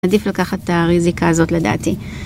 עדיף לקחת את הריזיקה הזאת לדעתי.